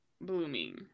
blooming